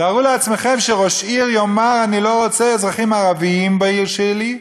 תארו לעצמכם שראש עיר יאמר: אני לא רוצה אזרחים ערבים בעיר שלי,